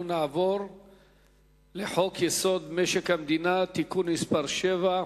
אנחנו נעבור לחוק-יסוד: משק המדינה (תיקון מס' 7)